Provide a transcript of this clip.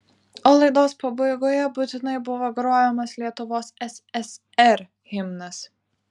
o laidos pabaigoje būtinai buvo grojamas lietuvos ssr himnas